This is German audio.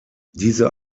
diese